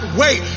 wait